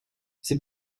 c’est